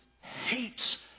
hates